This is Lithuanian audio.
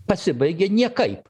pasibaigė niekaip